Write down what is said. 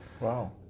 Wow